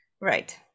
Right